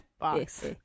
box